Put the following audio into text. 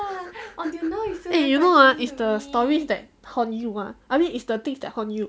eh you know ah is the stories that haunt you ah I mean it's the things that haunt you